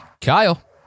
Kyle